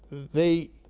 they